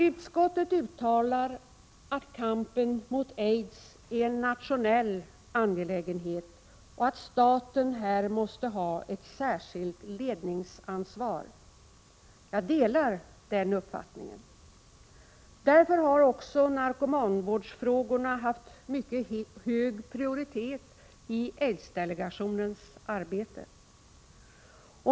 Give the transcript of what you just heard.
Utskottet uttalar att kampen mot aids är en nationell angelägenhet, och att staten här måste ha särskilt ledningsansvar. Jag delar den uppfattningen. Därför har också narkomanvårdsfrågorna haft mycket hög prioritet i aidsdelegationens arbete.